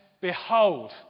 behold